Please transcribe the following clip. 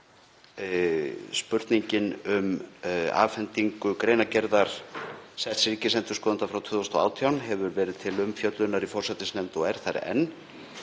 spurningin um afhendingu greinargerðar setts ríkisendurskoðanda frá 2018 hefur verið til umfjöllunar í forsætisnefnd og er þar enn.